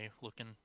looking